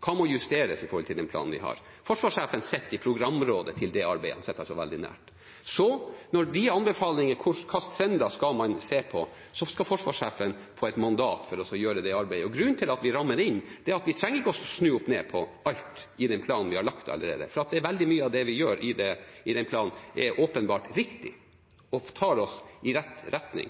Hva må justeres i forhold til den planen vi har? Forsvarssjefen sitter i programrådet til det arbeidet, han sitter altså veldig nært. Når det gjelder anbefalinger om hva slags trender man skal se på, skal forsvarssjefen få mandat til å gjøre det arbeidet. Grunnen til at vi rammer det inn, er at vi ikke trenger å snu opp ned på alt i den planen vi allerede har lagt, for veldig mye av det vi gjør i den planen, er åpenbart riktig og tar oss i rett retning.